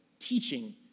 teaching